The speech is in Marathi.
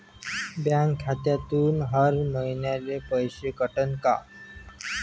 बँक खात्यातून हर महिन्याले पैसे कटन का?